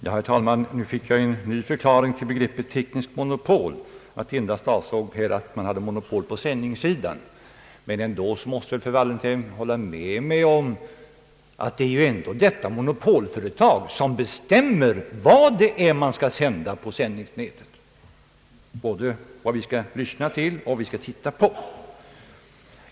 Herr talman! Nu fick jag en ny förklaring till begreppet »tekniskt monopol», nämligen att det endast avsåg ett monopol på sändningssidan. Men fru Wallentheim måste väl ändå hålla med mig om att det är detta monopolföretag som bestämmer vad som skall presenteras på sändningstid, alltså vad vi skall lyssna till och titta på.